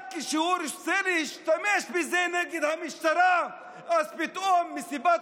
רק כשהוא רוצה להשתמש בזה נגד המשטרה אז פתאום מסיבת